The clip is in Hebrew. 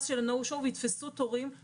של ה'נו שואו' ויתפסו תורים לאנשים שאין להם.